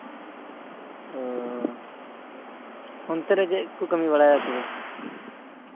ᱚ ᱚᱱᱛᱮ ᱨᱮ ᱪᱮᱫ ᱠᱚ ᱠᱟᱹᱢᱤ ᱵᱟᱲᱟᱭᱟ ᱛᱚᱵᱮ